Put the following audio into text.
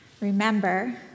Remember